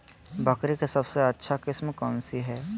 बकरी के सबसे अच्छा किस्म कौन सी है?